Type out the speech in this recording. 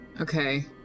Okay